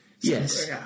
Yes